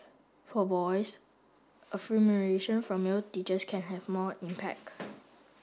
for boys from male teachers can have more impact